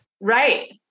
Right